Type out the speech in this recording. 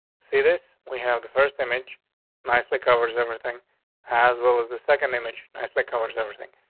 see this we have the first image nicely covers everything as well as the second image. nicely covers everything.